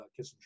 Kissinger